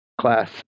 class